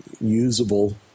usable